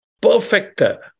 Perfecter